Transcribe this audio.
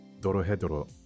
Dorohedoro